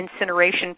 incineration